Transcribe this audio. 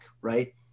Right